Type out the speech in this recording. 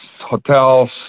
hotels